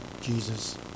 Jesus